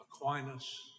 Aquinas